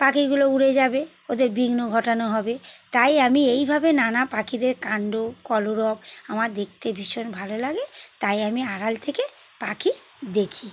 পাখিগুলো উড়ে যাবে ওদের বিঘ্ন ঘটানো হবে তাই আমি এইভাবে নানা পাখিদের কাণ্ড কলরব আমার দেখতে ভীষণ ভালো লাগে তাই আমি আড়াল থেকে পাখি দেখি